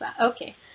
Okay